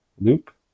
loop